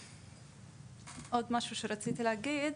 אני רופאת שיניים.